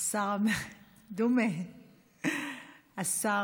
השר המתאם, אבל אולי עדיף